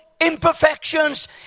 imperfections